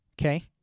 okay